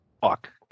fuck